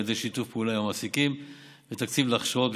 ידי שיתוף פעולה עם המעסיקים ותקציב להכשרות,